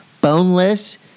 Boneless